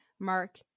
Mark